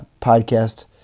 podcast